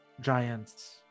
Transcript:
giants